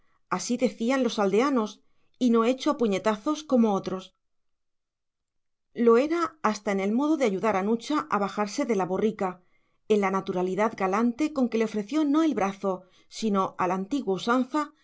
sus principios así decían los aldeanos y no hecho a puñetazos como otros lo era hasta en el modo de ayudar a nucha a bajarse de la borrica en la naturalidad galante con que le ofreció no el brazo sino a la antigua usanza